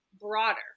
broader